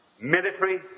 military